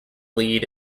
lead